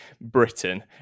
Britain